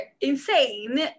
insane